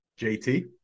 JT